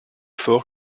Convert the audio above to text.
forts